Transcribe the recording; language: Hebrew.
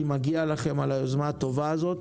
כי מגיע לכם על היוזמה הטובה הזאת,